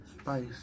Spice